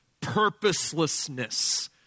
Purposelessness